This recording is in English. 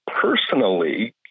personally